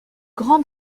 grand